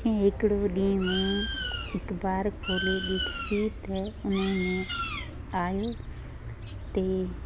जीअं हिकिड़ो ॾींहुं मूं हिकु बार खोले ॾिसी त उन में आहियो ते